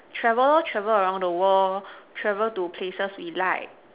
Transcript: travel travel around the world travel to places we like